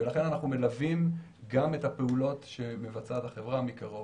ולכן אנחנו מלווים את הפעולות שמבצעת החברה מקרוב.